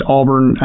Auburn